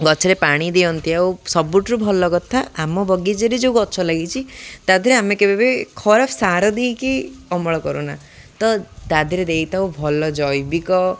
ଗଛରେ ପାଣି ଦିଅନ୍ତି ଆଉ ସବୁଠାରୁ ଭଲ କଥା ଆମ ବଗିଚାରେ ଯେଉଁ ଗଛ ଲାଗିଛି ତା' ଦେହରେ ଆମେ କେବେ ଖରାପ ସାର ଦେଇକି ଅମଳ କରୁନା ତ ତା' ଦେହରେ ଦେଇଥାଉ ଭଲ ଜୈବିକ